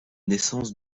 naissance